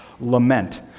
lament